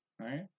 right